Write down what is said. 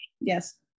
Yes